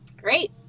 Great